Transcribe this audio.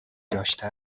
داشته